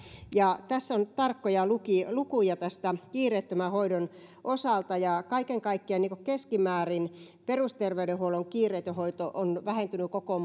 ja tässä on tarkkoja lukuja lukuja kiireettömän hoidon osalta kaiken kaikkiaan keskimäärin perusterveydenhuollon kiireetön hoito on vähentynyt koko